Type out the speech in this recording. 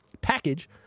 package